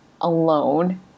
alone